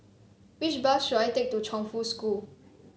which bus should I take to Chongfu School